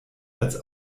als